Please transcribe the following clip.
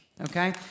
Okay